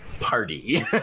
party